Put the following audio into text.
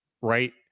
right